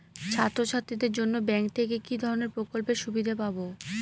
ছাত্রছাত্রীদের জন্য ব্যাঙ্ক থেকে কি ধরণের প্রকল্পের সুবিধে পাবো?